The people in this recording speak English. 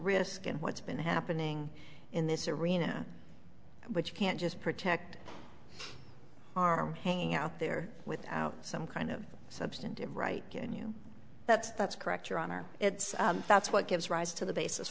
risk and what's been happening in this arena which can't just protect arm hanging out there without some kind of substantive right can you that's that's correct your honor it's that's what gives rise to the basis